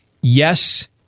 yes